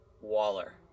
Waller